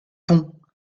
pons